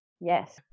Yes